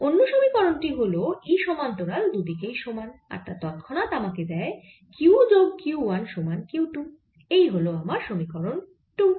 অন্য সমীকরণ টি হল E সমান্তরাল দুদিকেই সমান আর তা তৎক্ষণাৎ আমাকে দেয় q যোগ q 1 সমান q 2 এই হল আমার সমীকরণ 2